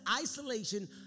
isolation